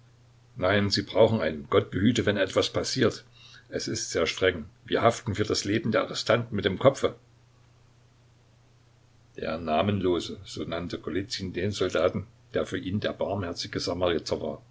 nein sie brauchen einen gott behüte wenn etwas passiert es ist sehr streng wir haften für das leben der arrestanten mit dem kopfe der namenlose so nannte golizyn den soldaten der für ihn der barmherzige samariter war